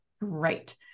Great